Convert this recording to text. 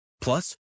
Plus